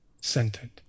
centered